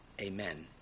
Amen